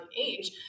age